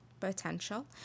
potential